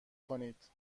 کنید